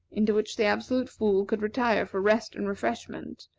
into which the absolute fool could retire for rest and refreshment,